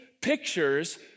pictures